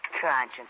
Conscience